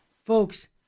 folks